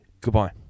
Goodbye